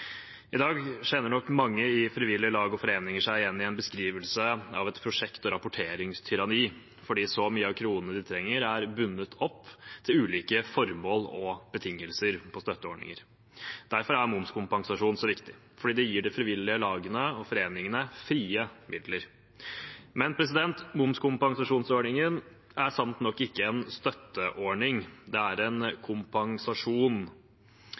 I dag kjenner nok mange i frivillige lag og foreninger seg igjen i en beskrivelse av et prosjekt- og rapporteringstyranni fordi så mye av kronene de trenger, er bundet opp til ulike formål og betingelser i støtteordninger. Derfor er momskompensasjon så viktig: fordi det gir de frivillige lagene og foreningene frie midler. Momskompensasjonsordningen er sant nok ikke en støtteordning, det er en kompensasjon.